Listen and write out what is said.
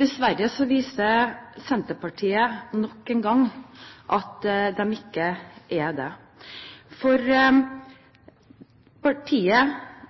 Dessverre viser Senterpartiet nok en gang at de ikke er det. Partiet